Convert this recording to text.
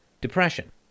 Depression